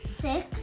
six